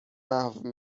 محو